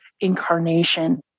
incarnation